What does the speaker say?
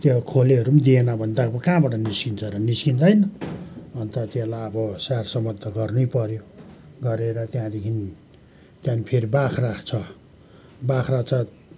त्यो खोलेहरू पनि दिएन भने त अब कहाँबाट निस्किन्छ र निस्किँदैन अन्त त्यसलाई अब स्याहार समत त गर्नै पऱ्यो गरेर त्यहाँदेखि त्यहाँदेखि फेरि बाख्रा छ बाख्रा छ